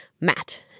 Matt